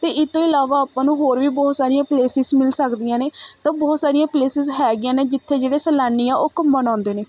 ਤੇ ਇਹ ਤੋਂ ਇਲਾਵਾ ਆਪਾਂ ਨੂੰ ਹੋਰ ਵੀ ਬਹੁਤ ਸਾਰੀਆਂ ਪਲੇਸਿਸ ਮਿਲ ਸਕਦੀਆਂ ਨੇ ਤਾਂ ਬਹੁਤ ਸਾਰੀਆਂ ਪਲੇਸਿਸ ਹੈਗੀਆਂ ਨੇ ਜਿੱਥੇ ਜਿਹੜੇ ਸੈਲਾਨੀ ਆ ਉਹ ਘੁੰਮਣ ਆਉਂਦੇ ਨੇ